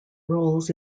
roles